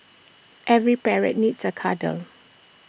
every parrot needs A cuddle